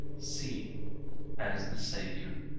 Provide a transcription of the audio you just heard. c as the saviour.